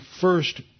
first